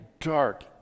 dark